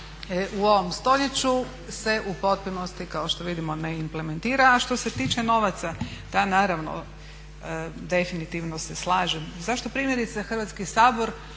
u ovom stoljeću se u potpunosti kao što vidimo ne implementira. A što se tiče novaca, da naravno definitivno se slažem. Zašto primjerice Hrvatski sabor